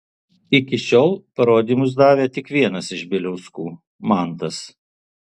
iki šiol parodymus davė tik vienas iš bieliauskų mantas